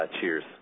cheers